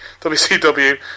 WCW